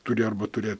turi arba turėt